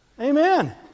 Amen